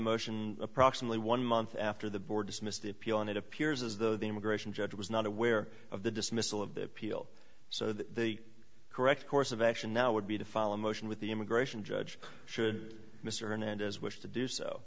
motion approximately one month after the board dismissed the appeal and it appears as though the immigration judge was not aware of the dismissal of the people so that the correct course of action now would be to follow a motion with the immigration judge should mr and as wish to do so